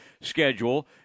schedule